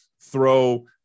throw